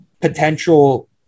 potential